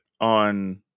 on